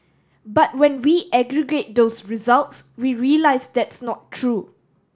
but when we aggregate those results we realise that's not true